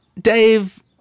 Dave